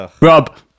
Rob